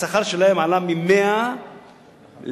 השכר שלהם עלה מ-100% ל-242%,